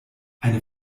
eine